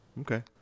okay